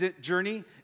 journey